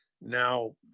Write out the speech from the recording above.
now